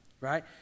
right